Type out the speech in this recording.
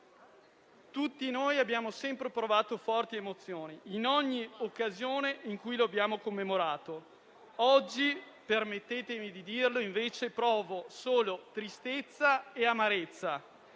Tutti noi abbiamo sempre provato forti emozioni in ogni occasione in cui lo abbiamo ricordato. Oggi invece, consentitemi di dirlo, provo solo tristezza e amarezza